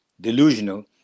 delusional